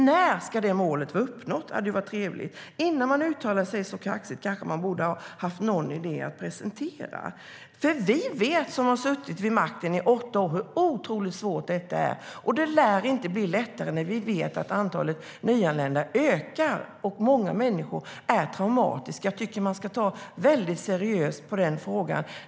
När ska det målet vara uppnått? Det hade varit trevligt att få veta. Innan man uttalar sig så kaxigt kanske man borde ha någon idé att presentera. Vi som suttit vid makten i åtta år vet hur otroligt svårt det är, och det lär inte bli lättare när vi vet att antalet nyanlända ökar och många människor är traumatiserade. Jag tycker att man ska ta väldigt seriöst på frågan.